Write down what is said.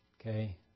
Okay